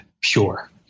pure